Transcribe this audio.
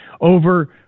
over